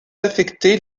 affecter